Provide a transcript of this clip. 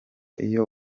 iyo